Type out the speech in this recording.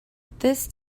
this